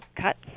cuts